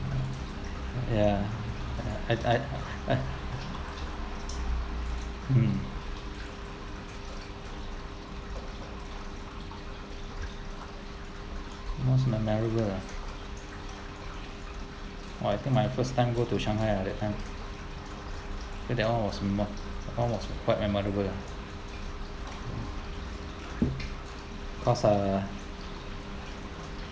ya I I mm most memorable ah !wah! I think my first time go to shanghai ah that time so that [one] was that [one] was quite memorable ah cause uh